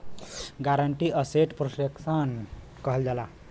guarantee asset protection कहल जाला